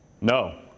No